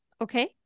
Okay